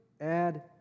add